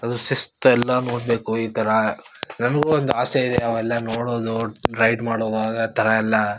ಅದ್ರ ಶಿಸ್ತೆಲ್ಲ ನೋಡಬೇಕು ಈ ಥರ ನನಗೂ ಒಂದು ಆಸೆ ಇದೆ ಅವೆಲ್ಲ ನೋಡೋದು ಗೈಡ್ ಮಾಡೋದು ಆಗ ಥರ ಎಲ್ಲ